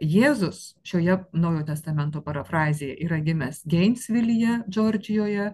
jėzus šioje naujojo testamento parafrazėje yra gimęs gensvilije džordžijoje